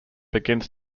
begins